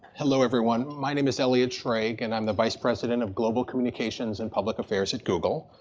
hello everyone. my name is elliott schrage. and i'm the vice president of global communications and public affairs at google.